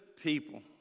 people